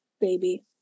baby